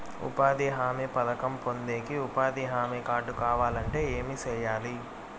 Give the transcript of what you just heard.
ఉపాధి హామీ పథకం పొందేకి ఉపాధి హామీ కార్డు కావాలంటే ఏమి సెయ్యాలి?